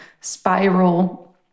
spiral